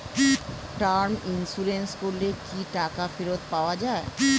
Term insurance করলে কি টাকা ফেরত পাওয়া যায়?